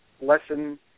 lesson